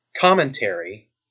commentary